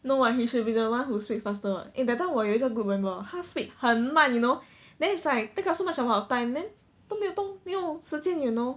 no what he should be the one who speak faster [what] eh that time 我有一个 group member hor 他 speak 很慢 you know then it's like take up so much of our time then 都没有都没有时间 you know